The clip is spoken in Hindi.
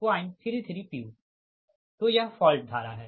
तो यह फॉल्ट धारा है